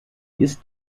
ist